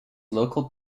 local